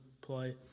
play